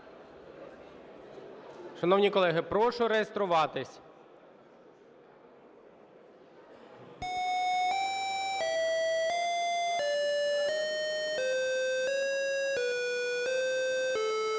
Шановні колеги, прошу реєструватись.